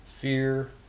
fear